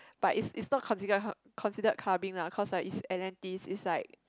but is is not consider considered clubbing lah cause is Atlantis is like